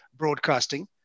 broadcasting